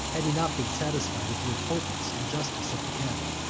had he not been satisfied of the importance and justice of the end.